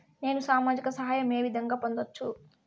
నేను సామాజిక సహాయం వే విధంగా పొందొచ్చు?